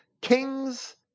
kings